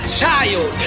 child